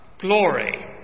glory